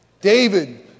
David